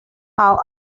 how